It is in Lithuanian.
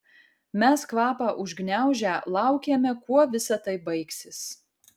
mes kvapą užgniaužę laukėme kuo visa tai baigsis